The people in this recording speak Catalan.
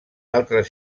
altres